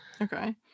okay